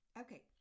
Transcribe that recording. Okay